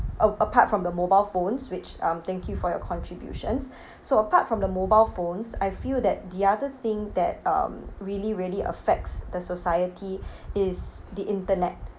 a~ apart from the mobile phones which um thank you for your contributions so apart from the mobile phones I feel that the other thing that um really really affects the society is the internet